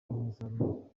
umusaruro